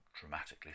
dramatically